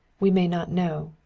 we may not know.